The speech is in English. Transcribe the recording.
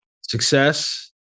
Success